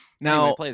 Now